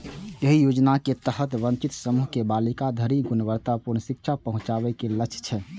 एहि योजनाक तहत वंचित समूह के बालिका धरि गुणवत्तापूर्ण शिक्षा पहुंचाबे के लक्ष्य छै